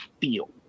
feel